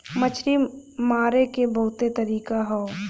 मछरी मारे के बहुते तरीका हौ